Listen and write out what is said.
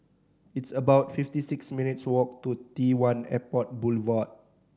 it's about fiifty six minutes' walk to T One Airport Boulevard